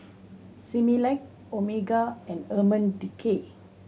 Similac Omega and Urban Decay